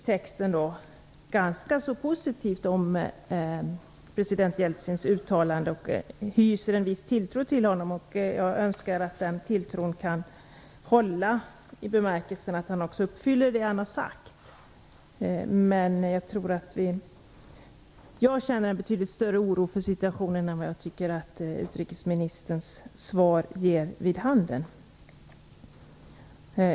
Det talas ganska positivt om president Jeltsins uttalande. Man hyser en viss tilltro till honom. Jag önskar att den tilltron är berättigad i den bemärkelsen att han också kommer att leva upp till det som han har sagt. Jag känner en betydligt större oro för situationen än vad jag tycker att utrikesministerns svar ger vid handen.